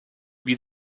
wie